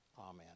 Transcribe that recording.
Amen